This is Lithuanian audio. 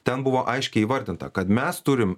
ten buvo aiškiai įvardinta kad mes turim